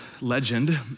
legend